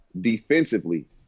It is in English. defensively